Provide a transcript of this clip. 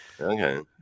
Okay